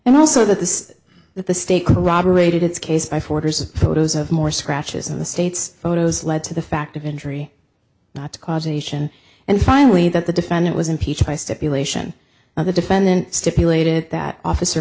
and also this that the state corroborated its case by four years photos of more scratches on the state's photos lead to the fact of injury not causation and finally that the defendant was impeached by stipulation of the defendant stipulated that officer